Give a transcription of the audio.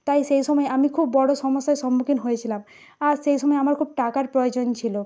তাই সেই সময় আমি খুব বড় সমস্যার সম্মুখীন হয়েছিলাম আর সেই সময় আমার খুব টাকার প্রয়োজন ছিল